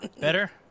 Better